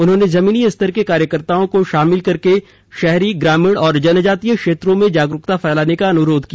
उन्होंने जमीनी स्तर के कार्यकर्ताओं को शामिल करके शहरी ग्रामीण और जनजातीय क्षेत्रों में जागरूकता फैलाने का अनुरोध किया